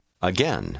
again